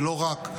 ולא רק,